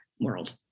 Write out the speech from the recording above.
world